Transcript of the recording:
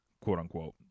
quote-unquote